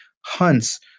hunts